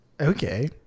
okay